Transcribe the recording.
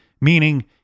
meaning